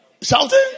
Shouting